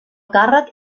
càrrec